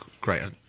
great